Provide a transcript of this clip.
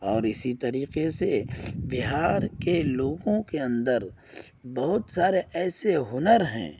اور اسی طریقے سے بہار کے لوگوں کے اندر بہت سارے ایسے ہنر ہیں